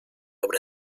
obra